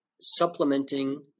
supplementing